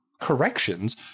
corrections